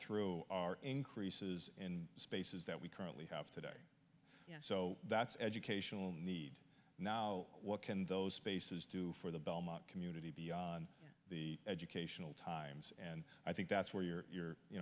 through are increases in spaces that we currently have today so that's educational need now what can those spaces to for the belmont community beyond the educational times and i think that's where you're you